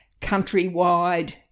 countrywide